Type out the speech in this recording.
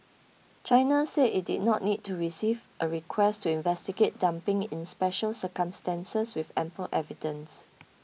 China said it did not need to receive a request to investigate dumping in special circumstances with ample evidence